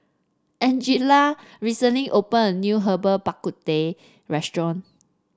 Angella recently opened a new Herbal Bak Ku Teh Restaurant